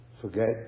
forget